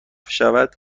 شود